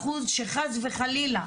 ישנם 20 אחוזים שחס וחלילה,